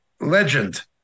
legend